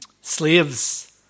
Slaves